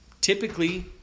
Typically